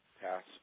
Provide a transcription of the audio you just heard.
Pass